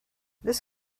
this